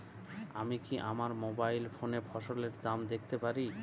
আমি কি আমার মোবাইল ফোনে ফসলের দাম দেখতে পারি?